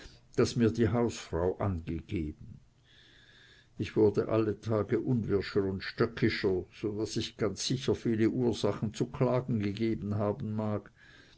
das mir die hausfrau angegeben ich wurde alle tage unwirscher und stöckischer so daß ich ganz sicher viele ursachen zu klagen gegeben haben mag